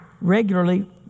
regularly